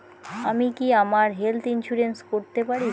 আমি কি আমার হেলথ ইন্সুরেন্স করতে পারি?